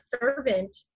servant